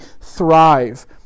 thrive